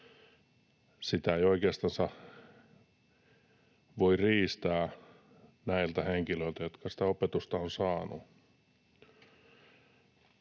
Sitä ei oikeastansa voi riistää näiltä henkilöiltä, jotka sitä opetusta ovat saaneet.